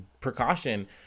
precaution